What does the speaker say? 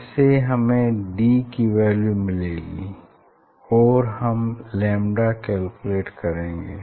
ऐसे हमें d की वैल्यू मिलेगी और हम लैम्डा कैलकुलेट करेंगे